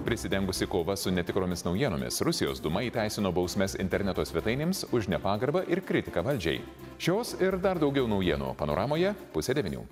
prisidengusi kova su netikromis naujienomis rusijos dūma įteisino bausmes interneto svetainėms už nepagarbą ir kritiką valdžiai šios ir dar daugiau naujienų o panoramoje pusę devynių